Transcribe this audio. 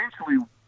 essentially